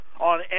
on